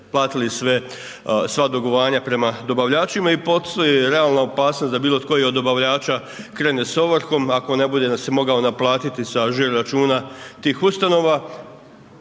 latili sva dugovanja prema dobavljačima i postoji realna opasnost da bilo tko i od dobavljača krene s ovrhom ako ne bude se mogao naplatiti sa žiro računa tih ustanova,